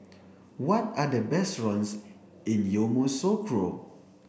what are the best runs in Yamoussoukro